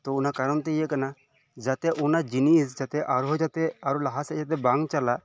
ᱛᱚ ᱚᱱᱟ ᱠᱟᱨᱚᱱ ᱛᱮ ᱤᱭᱟᱹ ᱠᱟᱱᱟ ᱡᱟᱛᱮ ᱚᱱᱟ ᱡᱤᱱᱤᱥ ᱡᱟᱛᱮ ᱟᱨ ᱦᱚᱸ ᱡᱟᱛᱮ ᱟᱨᱚ ᱞᱟᱦᱟ ᱥᱮᱫ ᱡᱟᱛᱮ ᱵᱟᱝ ᱪᱟᱞᱟᱜ